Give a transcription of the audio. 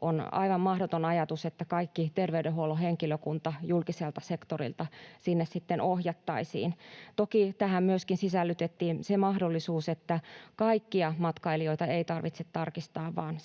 on aivan mahdoton ajatus, että kaikki terveydenhuollon henkilökunta julkiselta sektorilta sinne ohjattaisiin. Toki tähän myöskin sisällytettiin se mahdollisuus, että kaikkia matkailijoita ei tarvitse tarkistaa vaan